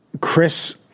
Chris